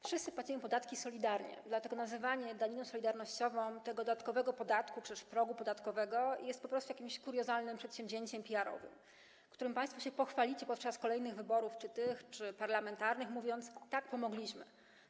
Wszyscy płacimy podatki solidarnie, dlatego nazywanie daniną solidarnościową tego dodatkowego podatku czy progu podatkowego jest po prostu jakimś kuriozalnym przedsięwzięciem PR-owym, którym państwo się pochwalicie podczas kolejnych wyborów czy tych, czy parlamentarnych, mówiąc: tak, pomogliśmy.